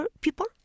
people